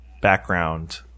background